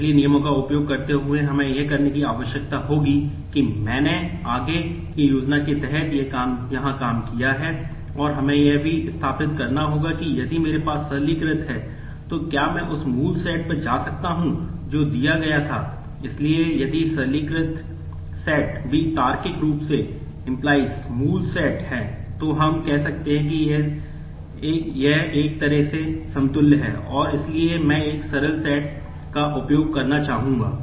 इसलिए नियमों का उपयोग करते हुए हमें यह करने की आवश्यकता होगी कि मैंने आगे की योजना के तहत यहां काम किया है और हमें यह भी स्थापित करना होगा कि यदि मेरे पास सरलीकृत सेट का उपयोग करना चाहूंगा